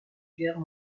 guerre